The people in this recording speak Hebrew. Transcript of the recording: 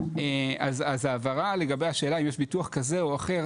אז ההעברה לגבי השאלה אם יש ביטוח כזה או אחר?